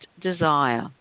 desire